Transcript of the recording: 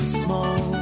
small